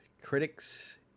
critics